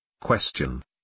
Question